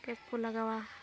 ᱠᱮᱯ ᱠᱚ ᱞᱟᱜᱟᱣᱟ